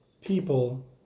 people